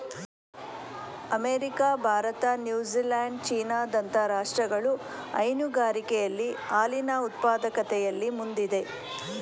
America, Bharat, New Zealand, China ದಂತ ರಾಷ್ಟ್ರಗಳು ಹೈನುಗಾರಿಕೆಯಲ್ಲಿ ಹಾಲಿನ ಉತ್ಪಾದಕತೆಯಲ್ಲಿ ಮುಂದಿದೆ